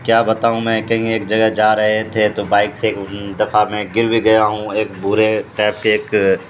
کیا بتاؤں میں کہیں ایک جگہ جا رہے تھے تو بائک سے ایک دفعہ میں گر بھی گیا ہوں ایک برے ٹائپ پہ ایک